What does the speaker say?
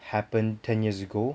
happened ten years ago